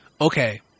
okay